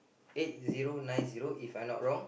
eight zero nine zero If I not wrong